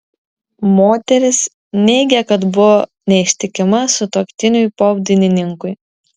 moteris neigė kad buvo neištikima sutuoktiniui popdainininkui